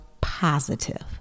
positive